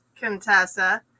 Contessa